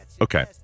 Okay